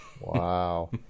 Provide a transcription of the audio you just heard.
Wow